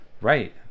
right